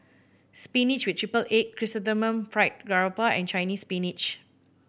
spinach with triple egg Chrysanthemum Fried Garoupa and Chinese Spinach